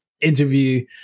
interview